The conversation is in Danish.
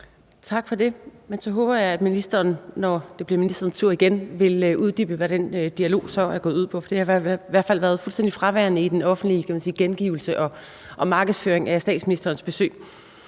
Tak for det. Men så håber jeg, at ministeren, når det bliver ministerens tur igen, vil uddybe, hvad den dialog så er gået ud på. For det har i hvert fald været fuldstændig fraværende i den offentlige gengivelse og markedsføring af statsministerens besøg.